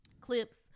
clips